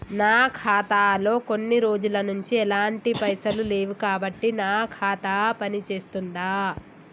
నా ఖాతా లో కొన్ని రోజుల నుంచి ఎలాంటి పైసలు లేవు కాబట్టి నా ఖాతా పని చేస్తుందా?